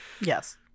Yes